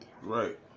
Right